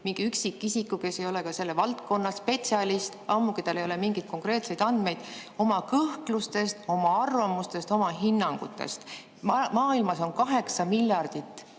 mingi üksikisik, kes ei ole ka selle valdkonna spetsialist – ammugi ei ole tal mingeid konkreetseid andmeid –, oma kõhklustest, oma arvamustest, oma hinnangutest. Maailmas on 8 miljardit